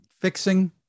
fixing